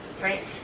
right